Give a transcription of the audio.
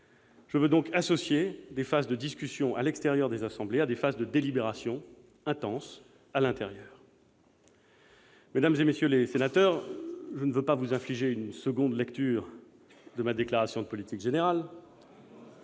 Je veux donc associer des phases de discussion à l'extérieur des assemblées à d'intenses phases de délibération à l'intérieur de celles-ci. Mesdames, messieurs les sénateurs, je ne veux pas vous infliger une seconde lecture de ma déclaration de politique générale